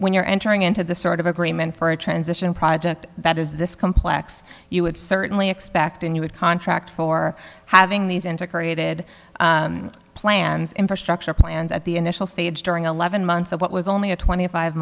when you're entering into the sort of agreement for a transition project that is this complex you would certainly expect and you would contract for having these integrated plans infrastructure plans at the initial stage during eleven months of what was only a twenty five